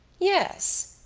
yes,